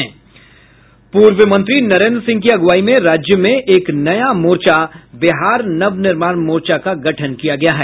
पूर्व मंत्री नरेन्द्र सिंह की अगुवाई में राज्य में एक नया मोर्चा बिहार नव निर्माण मोर्चा का गठन किया गया है